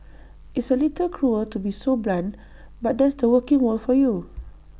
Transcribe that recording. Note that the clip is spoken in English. it's A little cruel to be so blunt but that's the working world for you